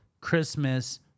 Christmas